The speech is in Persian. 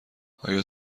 آیا